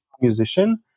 musician